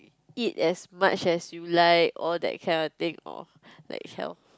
eat as much as you like or that kind of thing or like health